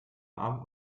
arm